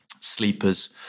sleepers